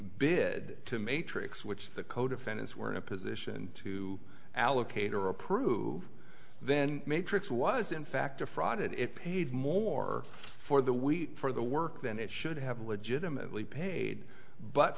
bid to matrix which the co defendants were in a position to allocate or approve then matrix was in fact a fraud and it paid more for the week for the work than it should have legitimately paid but